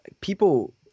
People